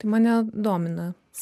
tai mane domina